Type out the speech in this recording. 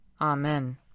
Amen